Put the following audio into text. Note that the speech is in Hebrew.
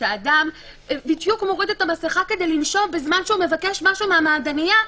שהאדם בדיוק מוריד את המסיכה כדי לנשום כדי לבקש משהו מהמעדנייה,